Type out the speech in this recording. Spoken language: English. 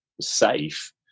safe